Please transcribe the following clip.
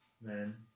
Man